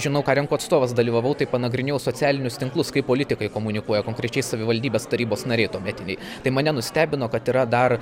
žinau ką renku atstovas dalyvavau tai panagrinėjau socialinius tinklus kaip politikai komunikuoja konkrečiais savivaldybės tarybos nariai tuometiniai tai mane nustebino kad yra dar